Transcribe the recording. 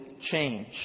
change